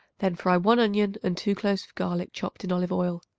then fry one onion and two cloves of garlic chopped in olive-oil.